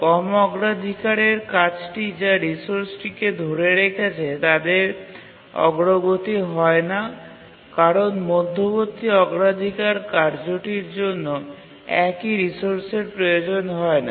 কম অগ্রাধিকারের কাজটি যা রিসোর্সটিকে ধরে রেখেছে তাদের অগ্রগতি হয় না কারণ মধ্যবর্তী অগ্রাধিকার কার্যটির জন্য একই রিসোর্সের প্রয়োজন হয় না